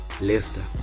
Leicester